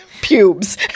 pubes